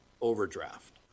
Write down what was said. overdraft